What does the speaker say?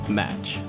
match